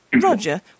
Roger